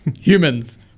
humans